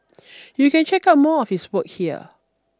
you can check out more of his work here